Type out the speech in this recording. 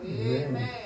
amen